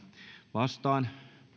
vastaan